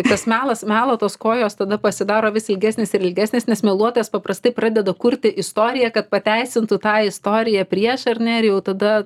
tas melas melo tos kojos tada pasidaro vis ilgesnės ir ilgesnės nes meluotojas paprastai pradeda kurti istoriją kad pateisintų tą istoriją prieš ar ne ir jau tada